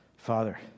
Father